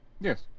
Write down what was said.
Yes